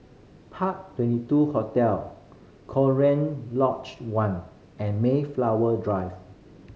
Park Twenty two Hotel Cochrane Lodge One and Mayflower Drive